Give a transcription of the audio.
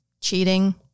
cheating